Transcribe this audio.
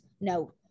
no